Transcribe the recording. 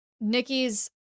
Nikki's